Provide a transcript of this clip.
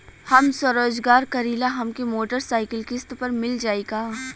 हम स्वरोजगार करीला हमके मोटर साईकिल किस्त पर मिल जाई का?